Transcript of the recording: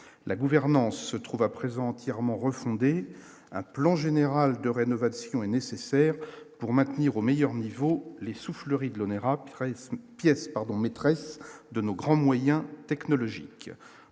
la gouvernance se trouve à présent entièrement refonder un plan général de rénovation est nécessaire pour maintenir au meilleur niveau les souffleries de l'honneur après une pièce pardon maîtresse de nos grands moyens technologiques,